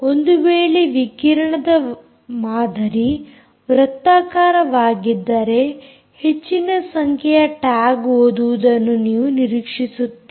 ಒಂದು ವೇಳೆ ವಿಕಿರಣದ ಮಾದರಿ ವೃತ್ತಾಕಾರವಾಗಿದ್ದರೆ ಹೆಚ್ಚಿನ ಸಂಖ್ಯೆಯ ಟ್ಯಾಗ್ ಓದುವುದನ್ನು ನೀವು ನಿರೀಕ್ಷಿಸುತ್ತೀರಿ